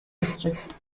district